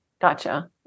Gotcha